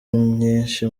nyinshi